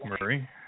murray